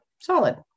solid